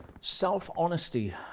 Self-honesty